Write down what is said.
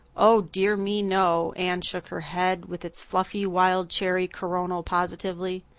oh dear me, no. anne shook her head with its fluffy wild cherry coronal positively.